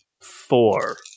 four